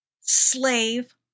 slave